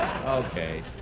Okay